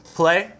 play